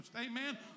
amen